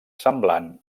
semblant